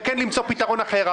וכן יש למצוא פתרון אחר.